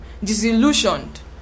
disillusioned